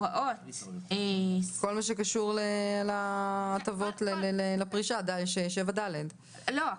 כל מה שקשור להטבות לפרישה, לסעיף 7ד. לא.